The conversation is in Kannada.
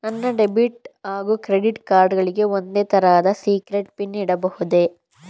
ನನ್ನ ಡೆಬಿಟ್ ಹಾಗೂ ಕ್ರೆಡಿಟ್ ಕಾರ್ಡ್ ಗಳಿಗೆ ಒಂದೇ ತರಹದ ಸೀಕ್ರೇಟ್ ಪಿನ್ ಇಡಬಹುದೇ?